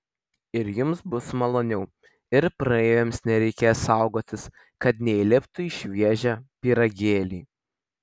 ir jums bus maloniau ir praeiviams nereikės saugotis kad neįliptų į šviežią pyragėlį